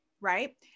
right